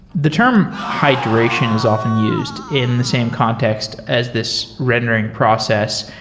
the term hydration is often used in the same context as this rendering process.